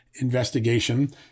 Investigation